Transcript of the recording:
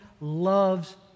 loves